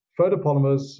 Photopolymers